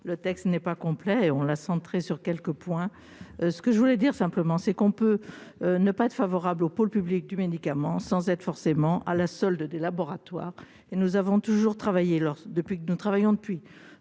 le texte n'est pas complet et on l'a centrée sur quelques points, ce que je voulais dire simplement, c'est qu'on peut ne pas être favorable au pôle public du médicament, sans être forcément à la solde des laboratoires et nous avons toujours travaillé lors depuis que nous travaillons depuis